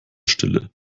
stille